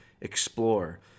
explore